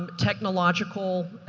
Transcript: and technological,